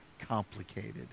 complicated